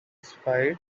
spite